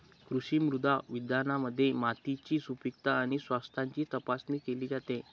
कृषी मृदा विज्ञानामध्ये मातीची सुपीकता आणि स्वास्थ्याची तपासणी केली जाते